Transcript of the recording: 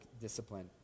discipline